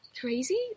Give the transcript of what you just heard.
crazy